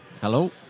Hello